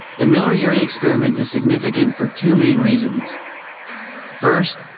the miller-urey experiment is significant for two main reasons first,